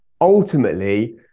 ultimately